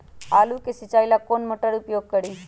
आलू के सिंचाई ला कौन मोटर उपयोग करी?